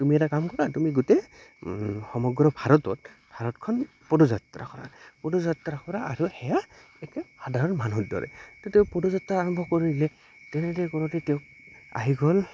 তুমি এটা কাম কৰা তুমি গোটেই সমগ্ৰ ভাৰতত ভাৰতখন পদযাত্ৰা কৰা পদযাত্ৰা কৰা আৰু সেয়া একে সাধাৰণ মানুহৰ দৰে ত' তেওঁ পদযাত্ৰা আৰম্ভ কৰিলে তেনেদৰে কৰোঁতে তেওঁক আহি গ'ল